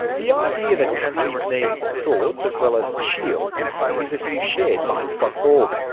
the idea that countries need swords as well as shields is a view shared by scott borg.